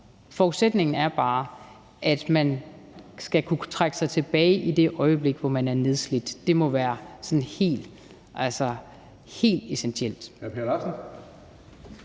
Forudsætningen er bare, at man skal kunne trække sig tilbage i det øjeblik, hvor man er nedslidt. Det må være sådan helt essentielt.